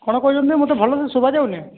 କ'ଣ କହୁଛନ୍ତି ମୋତେ ଭଲସେ ଶୁଭା ଯାଉନି